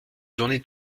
journée